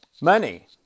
Money